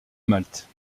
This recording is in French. malte